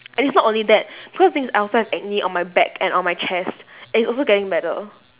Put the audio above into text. and it's not only that because the thing is that I also have acne on my back and on my chest and it's also getting better